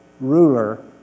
ruler